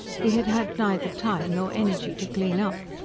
he had had neither time nor energy to clean up.